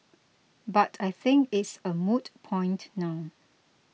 but I think it's a moot point now